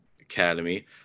academy